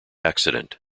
accident